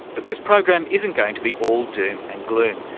but this programme isn't going to be all doom and gloom,